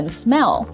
smell，